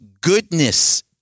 goodness